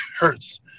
hurts